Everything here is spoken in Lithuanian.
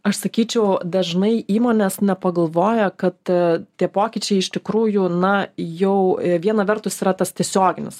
aš sakyčiau dažnai įmonės nepagalvoja kad tie pokyčiai iš tikrųjų na jau viena vertus yra tas tiesioginis